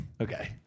Okay